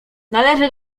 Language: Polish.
należę